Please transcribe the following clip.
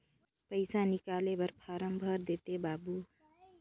पइसा निकाले बर फारम भर देते बाबु?